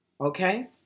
Okay